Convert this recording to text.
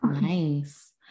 Nice